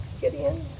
Gideon